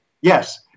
Yes